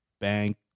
bank